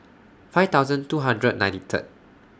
five thousand two hundred ninety Third